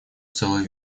целый